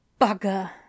bugger